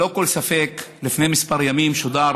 לפני כמה ימים שודרה